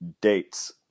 dates